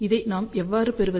இதை நாம் எவ்வாறு பெறுவது